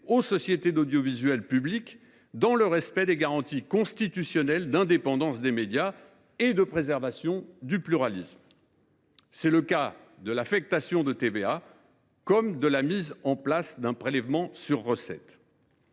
aux sociétés d’audiovisuel public, dans le respect des garanties constitutionnelles d’indépendance des médias et de préservation du pluralisme. C’est le cas avec l’affectation de TVA comme avec la mise en place d’un prélèvement sur recettes.